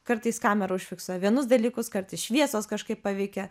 kartais kamera užfiksuoja vienus dalykus kartais šviesos kažkaip paveikia